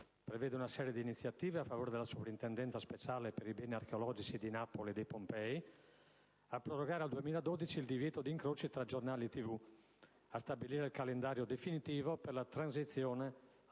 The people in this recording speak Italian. prevede una serie di iniziative a favore della Soprintendenza speciale per i beni archeologici di Napoli e Pompei; proroga al 2012 il divieto di incroci tra giornali e TV; stabilisce il calendario definitivo per la transizione alla